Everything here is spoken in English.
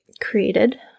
created